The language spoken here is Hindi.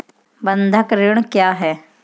बंधक ऋण क्या है?